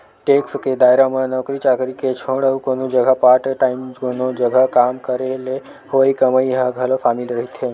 tax के दायरा म नौकरी चाकरी के छोड़ अउ कोनो जघा पार्ट टाइम कोनो जघा काम करे ले होवई कमई ह घलो सामिल रहिथे